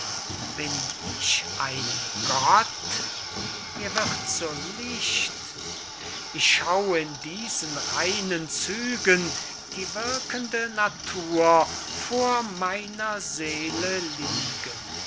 bin ich ein gott mir wird so licht ich schau in diesen reinen zügen die wirkende natur vor meiner seele liegen